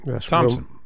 Thompson